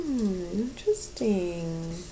Interesting